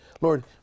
Lord